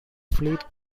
fleet